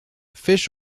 fish